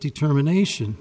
determination